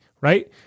right